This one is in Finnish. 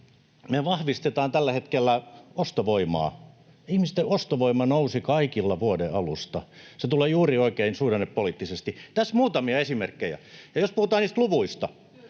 Me vahvistetaan tällä hetkellä ostovoimaa. Ihmisten ostovoima nousi kaikilla vuoden alusta — se tulee juuri oikein suhdannepoliittisesti. Tässä muutamia esimerkkejä. Ja jos puhutaan niistä luvuista,